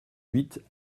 huit